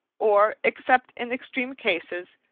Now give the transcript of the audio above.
or, except in extreme cases,